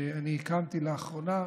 שאני הקמתי לאחרונה,